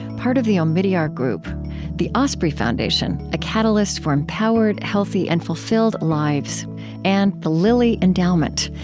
part of the omidyar group the osprey foundation a catalyst for empowered, healthy, and fulfilled lives and the lilly endowment,